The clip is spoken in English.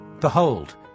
Behold